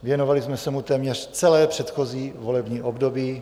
Věnovali jsme se mu téměř celé předchozí volební období.